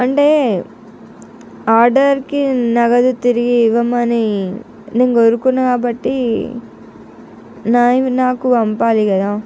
అంటే ఆర్డర్కి నగదు తిరిగి ఇవ్వమని నేను కోరుకున్నాను కాబట్టి నాయి నాకు పంపాలి గదా